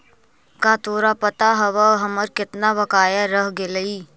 का तोरा पता हवअ हमर केतना बकाया रह गेलइ